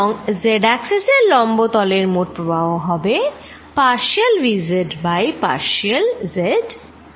এবং z axis দিকে লম্ব তলের মোট প্রবাহ হবে partial v z by partial z a b c